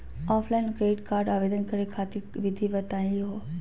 Offline credit card आवेदन करे खातिर विधि बताही हो?